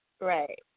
Right